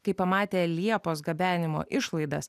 kai pamatė liepos gabenimo išlaidas